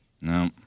No